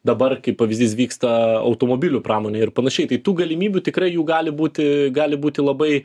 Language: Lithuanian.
dabar kaip pavyzdys vyksta automobilių pramonė ir panašiai tai tų galimybių tikrai jų gali būti gali būti labai